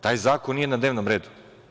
Taj zakon nije na dnevnom redu.